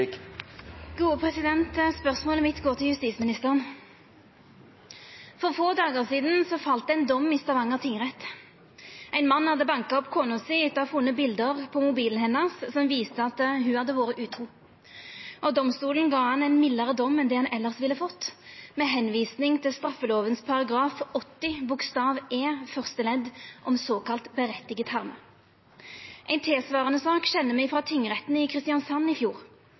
Spørsmålet mitt går til justisministeren. For få dagar sidan fall det ein dom i Stavanger tingrett. Ein mann hadde banka opp kona si etter å ha funne bilde på mobilen hennar som viste at ho hadde vore utru. Domstolen gav han ein mildare dom enn det han elles ville ha fått, ved å visa til straffelova § 80 bokstav e fyrste ledd om såkalla «berettiget harme». Ei tilsvarande sak kjenner me frå tingretten i Kristiansand i fjor.